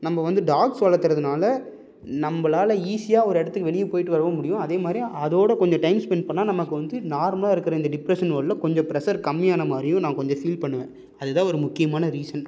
நம்ம வந்து டாக்ஸ் வளர்த்துறதுனால நம்பளால் ஈஸியாக ஒரு இடத்துக்கு வெளியே போயிட்டு வரவும் முடியும் அதேமாதிரி அதோடு கொஞ்சம் டைம் ஸ்பென்ட் பண்ணிணா நமக்கு வந்து நார்மலாக இருக்கிற இந்த டிப்ரெஷன் வேர்ல்டில் கொஞ்சம் ப்ரஷர் கம்மியான மாதிரியும் நான் கொஞ்சம் ஃபீல் பண்ணுவேன் அதுதான் ஒரு முக்கியமான ரீசன்